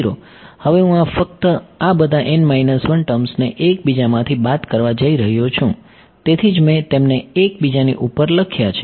હવે હું ફક્ત આ બધા ટર્મ્સને એકબીજામાંથી બાદ કરવા જઈ રહ્યો છું તેથી જ મેં તેમને એક બીજાની ઉપર લખ્યા છે